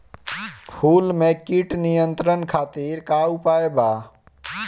फूल में कीट नियंत्रण खातिर का उपाय बा?